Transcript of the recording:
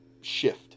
shift